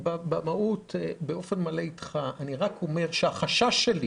במהות אני אתך באופן מלא, אני רק אומר שהחשש שלי